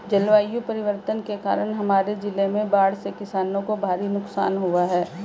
जलवायु परिवर्तन के कारण हमारे जिले में बाढ़ से किसानों को भारी नुकसान हुआ है